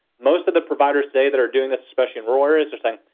most of the providers today that are doing this, especially in rural areas, they're saying,